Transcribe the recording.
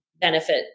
benefit